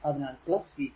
അതിനാൽ v 2